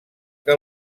que